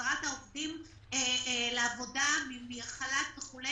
החזרת העובדים לעבודה מחל"ת וכו',